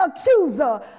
accuser